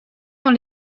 dans